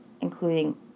including